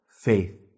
faith